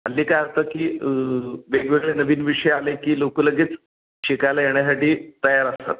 हल्ली काय होतं की वेगवेगळे नवीन विषय आले की लोकं लगेच शिकायला येण्यासाठी तयार असतात